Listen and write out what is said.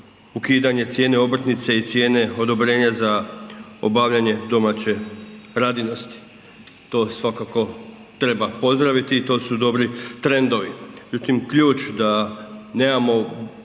ukidanje cijene obrtnice i cijene odobrenja za obavljanje domaće radinosti. To svakako treba pozdraviti i to su dobri trendovi. Međutim, ključ da nemamo